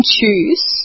choose